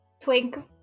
Twink